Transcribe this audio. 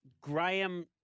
Graham